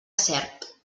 cert